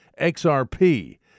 XRP